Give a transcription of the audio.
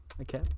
Okay